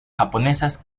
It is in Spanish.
japonesas